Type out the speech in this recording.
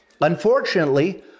Unfortunately